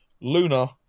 Luna